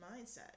mindset